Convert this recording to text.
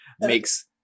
makes